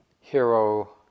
hero